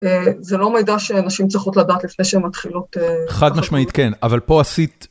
זה לא מידע שהנשים צריכות לדעת לפני שהן מתחילות... חד משמעית, כן, אבל פה עשית...